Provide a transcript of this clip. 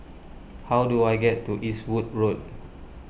how do I get to Eastwood Road